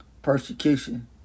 Persecution